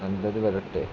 നല്ലതു വരട്ടെ